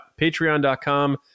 Patreon.com